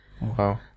Wow